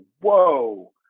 whoa